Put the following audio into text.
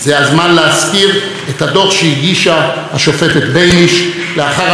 בייניש לאחר הבחירות האחרונות לוועדת החוקה,